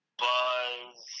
buzz